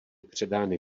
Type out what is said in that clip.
předány